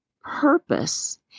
purpose